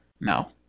No